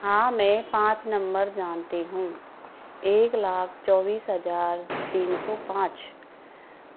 हाँ मैं पाँच नंबर जानती हूँ एक लाख चौबीस हज़ार तीन सौ पाँच